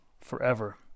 forever